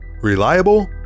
Reliable